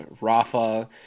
Rafa